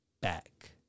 back